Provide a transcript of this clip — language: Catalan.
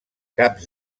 caps